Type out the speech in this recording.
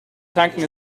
tanken